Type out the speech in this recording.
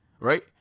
Right